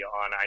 on